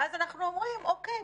ואז אנחנו אומרים: אוקיי,